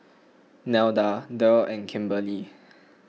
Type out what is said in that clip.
Nelda Derl and Kimberely